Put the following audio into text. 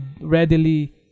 readily